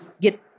get